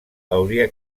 hauria